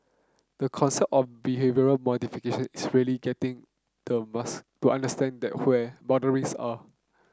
the concept of behavioural modification is really getting the to understand where boundaries are